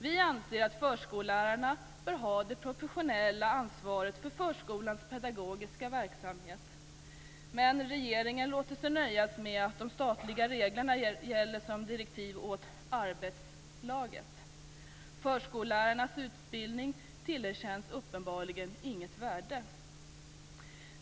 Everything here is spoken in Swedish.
Vi anser att förskollärarna bör ha det professionella ansvaret för förskolans pedagogiska verksamhet. Men regeringen låter sig nöjas med att de statliga reglerna gäller som direktiv åt arbetslaget. Förskollärarnas utbildning tillerkänns uppenbarligen inget värde.